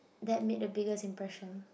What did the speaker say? that made a biggest impression